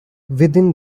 within